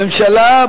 הממשלה,